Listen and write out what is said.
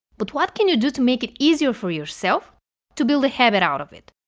but what can you do to make it easier for yourself to build a habit out of it?